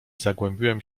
zagłębiłem